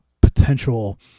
potential